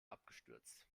abgestürzt